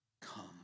come